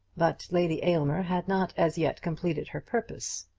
but lady aylmer had not as yet completed her purpose.